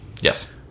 Yes